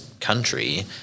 country